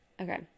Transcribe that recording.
Okay